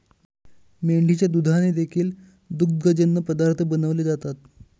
मेंढीच्या दुधाने देखील दुग्धजन्य पदार्थ बनवले जातात